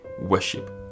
worship